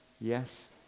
Yes